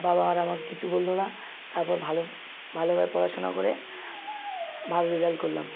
বাবা আর আমাকে কিছু বলল না তারপর ভালো ভালোভাবে পড়াশোনা করে ভালো রেজাল্ট করলাম